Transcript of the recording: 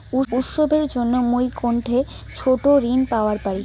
উৎসবের জন্য মুই কোনঠে ছোট ঋণ পাওয়া পারি?